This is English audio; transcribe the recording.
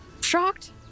shocked